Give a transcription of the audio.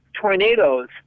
tornadoes